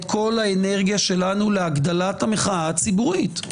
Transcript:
כל האנרגיה שלנו להגדלת המחאה הציבורית,